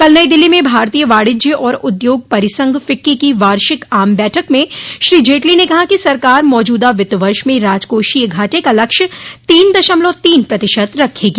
कल नई दिल्ली में भारतीय वाणिज्य और उद्योग परिसंघ फिक्की की वार्षिक आम बैठक में श्री जेटली ने कहा कि सरकार मौजूदा वित्त वर्ष में राजकोषीय घाटे का लक्ष्य तीन दशमलव तीन प्रतिशत रखेगी